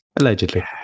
Allegedly